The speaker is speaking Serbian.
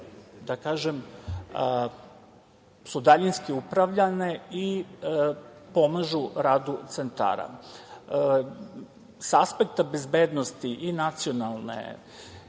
da kažem, su daljinski upravljane i pomažu radu centara. Sa aspekta bezbednosti, i nacionalne